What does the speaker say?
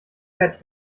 fett